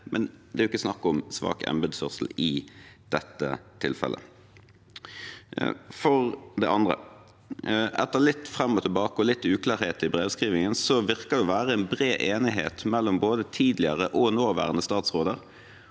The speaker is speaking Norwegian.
men det er ikke snakk om svak embetsførsel i dette tilfellet. For det andre: Etter litt fram og tilbake og litt uklarhet i brevskrivingen virker det å være bred enighet mellom både tidligere og nåværende statsråder